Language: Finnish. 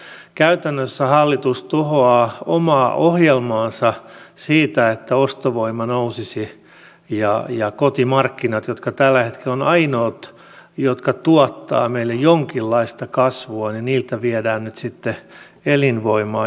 eli käytännössä hallitus tuhoaa omaa ohjelmaansa siitä että ostovoima nousisi ja kotimarkkinoilta jotka tällä hetkellä ovat ainoat jotka tuottavat meille jonkinlaista kasvua viedään nyt sitten elinvoimaa